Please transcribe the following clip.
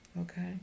Okay